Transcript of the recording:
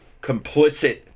complicit